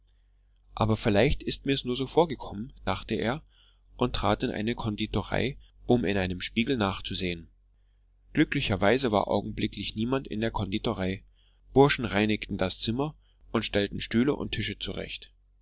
aber vielleicht ist's mir nur so vorgekommen dachte er und trat in eine konditorei um in einem spiegel nachzusehen glücklicherweise war augenblicklich niemand in der konditorei burschen reinigten das zimmer und stellten stühle und tische zurecht